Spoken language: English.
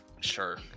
Sure